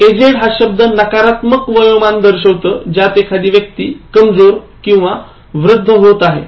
aged हा शब्द नाकारात्मक वयोमान दर्शवते ज्यात एखादी व्यक्ती कमजोर किंवा वृद्ध होत आहे